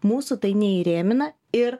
mūsų tai neįrėmina ir